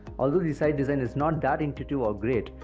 although the site design is not that intuitive or great,